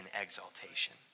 exaltation